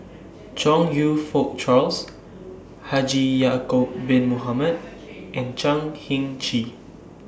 Chong YOU Fook Charles Haji Ya'Acob Bin Mohamed and Chan Heng Chee